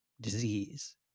disease